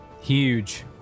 huge